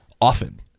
often